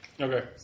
Okay